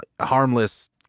harmless